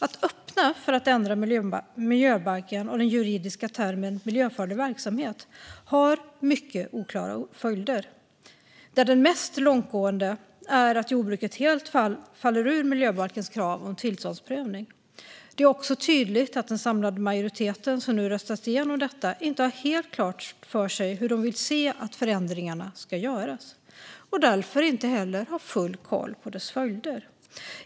Att öppna för att ändra i miljöbalken och den juridiska termen miljöfarlig verksamhet kan få mycket oklara följder. Den mest långtgående är att jordbruket helt faller ur miljöbalkens krav på tillståndsprövning. Det är också tydligt att den samlade majoriteten, som nu ska rösta igenom detta, inte har helt klart för sig hur de vill att förändringarna ska göras och därför inte heller har full koll på följderna.